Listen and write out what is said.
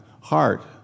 heart